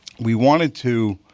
we wanted to